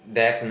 definite